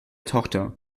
tochter